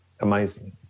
amazing